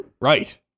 Right